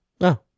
no